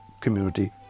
Community